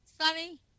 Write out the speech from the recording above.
sunny